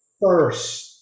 first